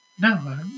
No